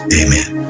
amen